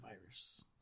virus